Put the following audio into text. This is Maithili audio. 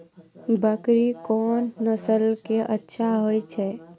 बकरी कोन नस्ल के अच्छा होय छै?